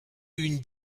une